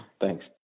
Thanks